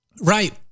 Right